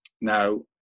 Now